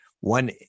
One